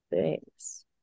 Thanks